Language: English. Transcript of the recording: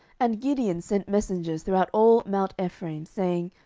and gideon sent messengers throughout all mount ephraim, saying,